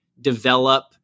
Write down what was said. develop